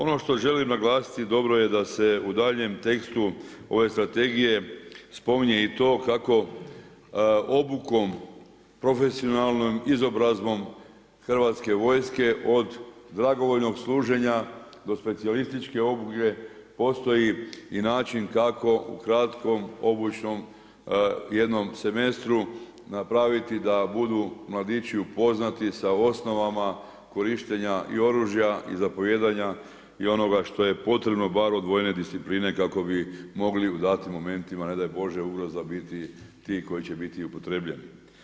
Ono što želim naglasiti, dobro je da se u daljnjem tekstu ove strategije spominje i to kako obukom profesionalnom izobrazbom hrvatske vojske od dragovoljnog služenja do specijalističke obuke postoji i način kako u kratkom obučnom jednom semestru napraviti da budu mladići upoznati sa osnovama korištenja i oružja i zapovijedanja i onoga što je potrebno bar od vojne discipline kako bi mogli u datim momentima, ne daj Bože ugroza biti ti koji će biti upotrjebljeni.